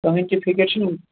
کِہیٖنٛۍ تہِ فِکر چھَنہٕ